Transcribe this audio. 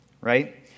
Right